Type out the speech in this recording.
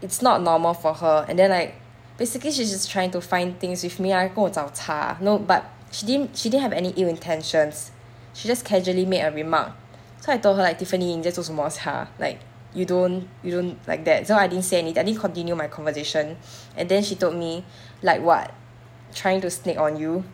it's not normal for her and then like basically she is just trying to find things with me ah 她跟我找茬 no but she didn't she didn't have any ill intentions she just casually made a remark so I told her like tiffany 你在做什么 sia like you don't you don't like that so I didn't say any I didn't continue my conversation and then she told me like what trying to sneak on you